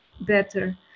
better